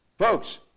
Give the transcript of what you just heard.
Folks